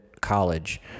college